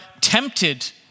tempted